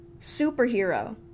superhero